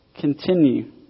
continue